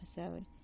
episode